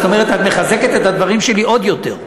זאת אומרת, את מחזקת את הדברים שלי עוד יותר.